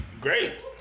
great